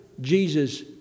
Jesus